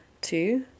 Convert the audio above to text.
two